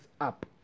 up